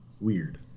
weird